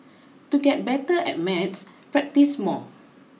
to get better at maths practise more